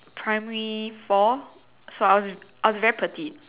primary four so I was I was very petite